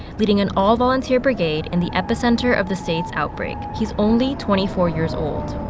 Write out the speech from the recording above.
leading an all-volunteer brigade in the epicenter of the state's outbreak. he's only twenty four years old